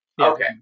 okay